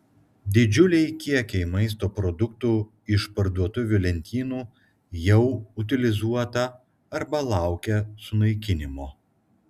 didžiuliai kiekiai maisto produktų iš parduotuvių lentynų jau utilizuota arba laukia sunaikinimo